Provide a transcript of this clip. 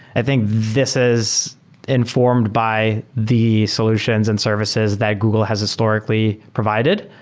i think this is informed by the solutions and services that google has historically provided,